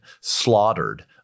slaughtered